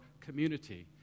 Community